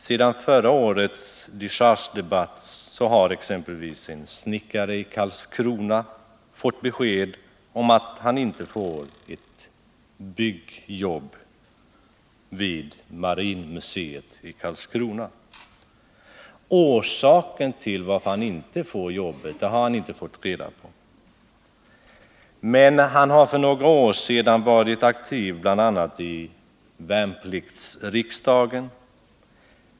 Sedan förra årets dechargedebatt har exempelvis en snickare i Karlskrona fått besked om att han inte får ett byggjobb vid marinmuseet i Karlskrona. Orsaken till detta har han inte fått reda på, men han har för några år sedan varit aktiv bl.a. i värnpliktsriksdagen.